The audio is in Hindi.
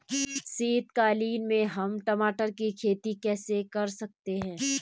शीतकालीन में हम टमाटर की खेती कैसे कर सकते हैं?